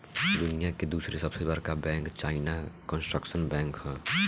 दुनिया के दूसर सबसे बड़का बैंक चाइना कंस्ट्रक्शन बैंक ह